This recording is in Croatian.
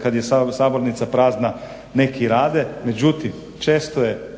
kada je sabornica prazna neki rade međutim često je